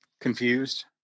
Confused